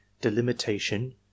delimitation